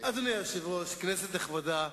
אדוני היושב-ראש, כנסת נכבדה,